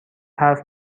حرف